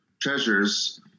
treasures